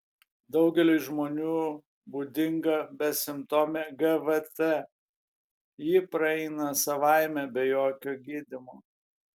daugeliui žmonių būdinga besimptomė gvt ji praeina savaime be jokio gydymo